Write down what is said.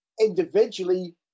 individually